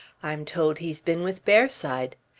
i'm told he's been with bearside.